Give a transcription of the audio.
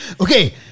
Okay